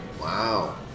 Wow